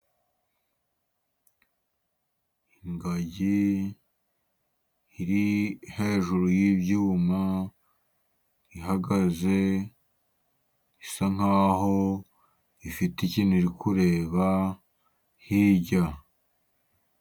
Ingagi iri hejuru y'ibyuma, ihagaze isa nk'aho ifite ikintu iri kureba hirya.